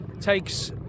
takes